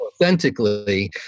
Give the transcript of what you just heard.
authentically